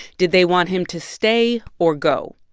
did they want him to stay or go?